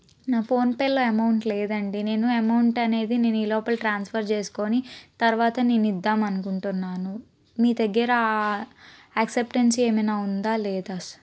నా ఫోన్ పేలో ఎమౌంట్ లేదండీ నేను ఎమౌంట్ అనేది నేను ఈ లోపల ట్రాన్స్పర్ చేసుకొని తర్వాత నేను ఇద్దామనుకుంటున్నాను మీ దగ్గర యాక్సెప్టెన్సి ఏమైనా ఉందా లేదా సర్